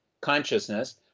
consciousness